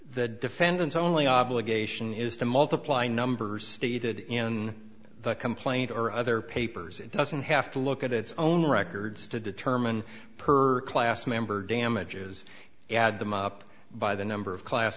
the defendant's only obligation is to multiply numbers stated in the complaint or other papers it doesn't have to look at its own records to determine per class member damages add them up by the number of class